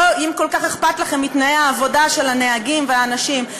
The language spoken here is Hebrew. אם כל כך אכפת לכם מתנאי העבודה של הנהגים והאנשים,